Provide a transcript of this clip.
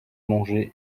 manger